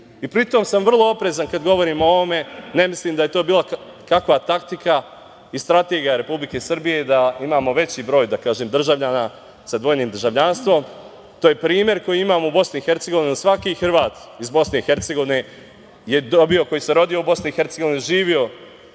tom sam vrlo oprezan kada govorim o ovome. Ne mislim da je to bila takva taktika i strategija Republike Srbije da imamo veći broj državljana sa dvojnim državljanstvom. To je primer koji imamo u BiH. Svaki Hrvat iz BiH je dobio, koji se rodio u BiH, živeo